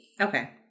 Okay